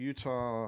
Utah